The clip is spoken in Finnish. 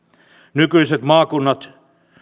nykyiset maakunnat